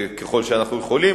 ככל שאנחנו יכולים,